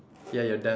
ya your death